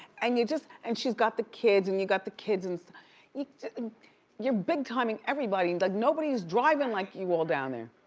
and you just, and she's got the kids, and you got the kids and you're big-timing everybody. like, nobody's driving like you all down there.